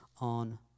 on